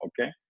okay